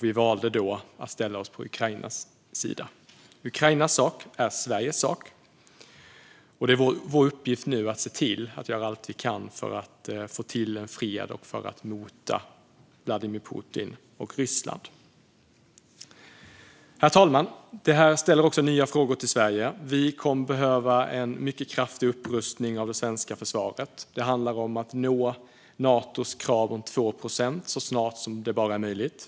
Vi valde då att ställa oss på Ukrainas sida. Ukrainas sak är Sveriges sak, och det är vår uppgift att se till att göra allt vi kan för att få fred och för att mota Vladimir Putin och Ryssland. Herr talman! Detta ställer också nya frågor till Sverige. Vi kommer att behöva en mycket kraftig upprustning av det svenska försvaret. Det handlar om att nå Natos krav om 2 procent så snart som det bara är möjligt.